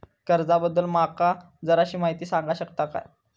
कर्जा बद्दल माका जराशी माहिती सांगा शकता काय?